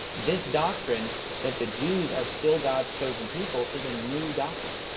this doctrine that the jew are still god's chosen people is a new doctrine.